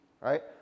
right